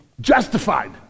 justified